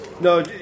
No